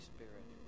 Spirit